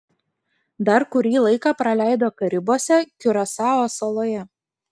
dar kurį laiką praleido karibuose kiurasao saloje